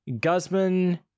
Guzman